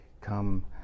come